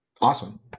awesome